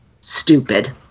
stupid